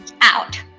out